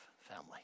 family